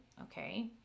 okay